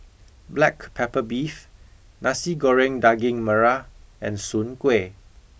black pepper beef nasi goreng daging merah and soon kueh